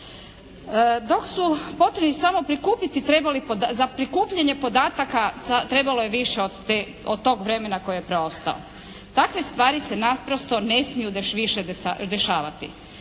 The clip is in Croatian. prikupiti trebali, za prikupljanje podataka trebalo je više od tog vremena koje je preostalo. Takve stvari se naprosto ne smiju još više dešavati.